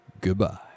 Goodbye